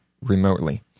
remotely